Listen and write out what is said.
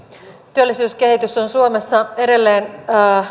työllisyyskehitys on suomessa edelleen